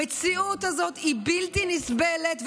המציאות הזאת בלתי נסבלת,